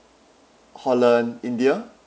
holland india